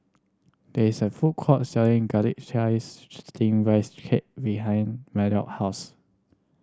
there is a food court selling Garlic Chives Steamed Rice Cake behind Maddox house